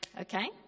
Okay